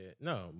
No